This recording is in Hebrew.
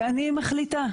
ואני מחליטה.